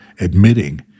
admitting